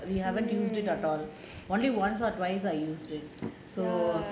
we haven't used it at all only once or twice I used it so